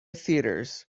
theatres